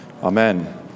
Amen